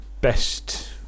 best